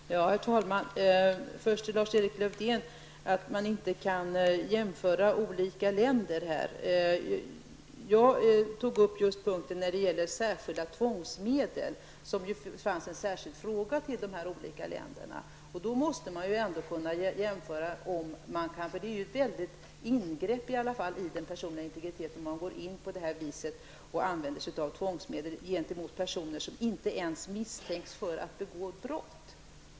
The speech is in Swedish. Herr talman! Först vill jag vända mig till Lars-Erik Lövdén som säger att man inte kan jämföra olika länder i det här sammanhanget. Jag tog upp punkten om tvångsmedel, som berördes i en särskild fråga till de här olika länderna. Då måste man kunna jämföra. Det är ändå ett väldigt ingrepp i den personliga integriteten att på det här viset använda sig av tvångsmedel gentemot personer som inte ens misstänks för att begå brott.